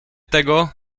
tego